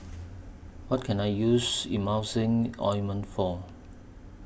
What Can I use Emulsying Ointment For